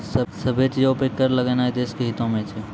सभ्भे चीजो पे कर लगैनाय देश के हितो मे छै